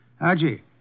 Archie